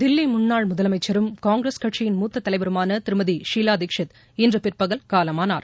தில்லி முன்னாள் முதலமைச்சரும் காங்கிரஸ் கட்சியின் மூத்த தலைவருமான திருமதி ஷீலா தீக்ஷித் இன்று பிற்பகல் காலமானார்